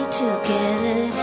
together